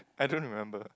I don't remember